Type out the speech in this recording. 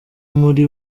muri